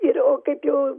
ir o kaip jau